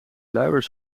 luier